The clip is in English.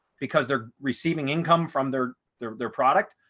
because they're receiving income from their their their product,